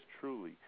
truly